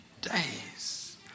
days